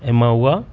ऐं मां उहा